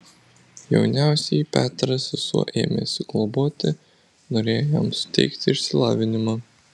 jauniausiąjį petrą sesuo ėmėsi globoti norėjo jam suteikti išsilavinimą